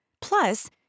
Plus